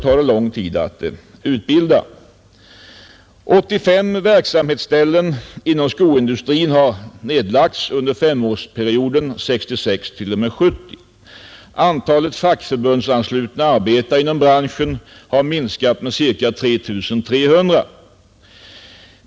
Under femårsperioden 1966-1970 har 85 verksamhetsställen inom skoindustrin nedlagts. Antalet fackförbundsanslutna arbetare inom branschen har minskat med cirka 3 300.